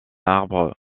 arbre